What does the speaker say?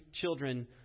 children